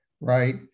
right